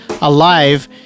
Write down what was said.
alive